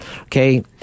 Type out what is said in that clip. okay